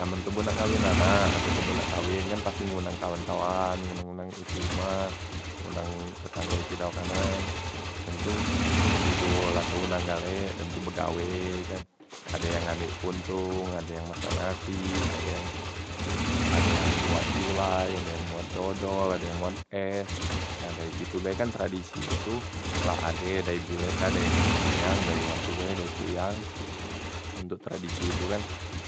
amen toboh nak ngawen anak ape toboh nak kawen kan pasti ngundang kawan- kawan, ngundang- ngundang isi umah, ngundang tetangge kidau kanan, dem tu amen toboh la te undang gale dem tu begawe tu kan ade yang mbek puntong, ade yang masak nasi, ade yang, ade yang mbuat gulai ade yang mbuat dodol, ade yang mbuat es, nah dari situ be kan tradisi itu la ade dai pilek kan la ade dai nenek moyang, dai wong tue, dai puyang untok tradisi itu kan